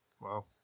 Wow